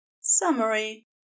Summary